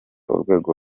urwego